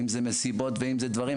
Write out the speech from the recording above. אם זה מסיבות ואם זה דברים אחרים,